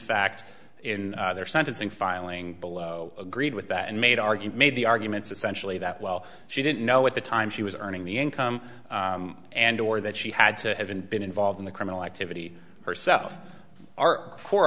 fact in their sentencing filing below agreed with that and made argue made the arguments essentially that while she didn't know at the time she was earning the income and or that she had to have been involved in the criminal activity herself